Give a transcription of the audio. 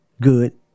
good